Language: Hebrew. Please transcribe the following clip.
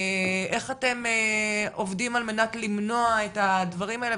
איך אתם עובדים על מנת למנוע את הדברים האלה?